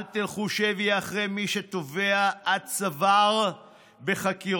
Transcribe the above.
אל תלכו שבי אחרי מי שטובע עד צוואר בחקירות.